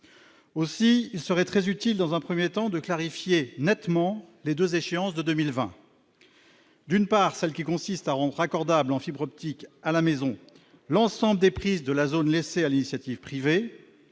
aussi, il serait très utile dans un 1er temps de clarifier nettement les 2 échéances de 2020, d'une part celle qui consiste à rendre raccordables en fibre optique à la maison, l'ensemble des prises de la zone laissée à l'initiative privée